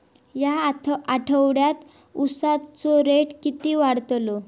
या आठवड्याक उसाचो रेट किती वाढतलो?